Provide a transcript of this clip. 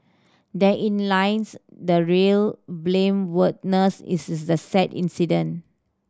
therein lines the real blameworthiness this the sad incident